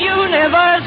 universe